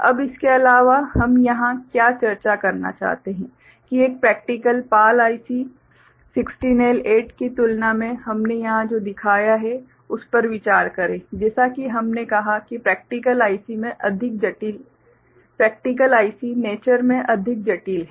अब इसके अलावा हम यहां क्या चर्चा करना चाहते हैं कि एक प्रेक्टिकल PAL IC 16L8 की तुलना में हमने यहां जो दिखाया है उस पर विचार करें जैसा कि हमने कहा कि प्रेक्टिकल IC नेचर में अधिक जटिल हैं